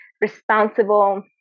responsible